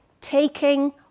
taking